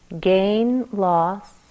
gain-loss